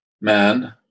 man